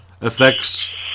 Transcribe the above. affects